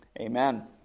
Amen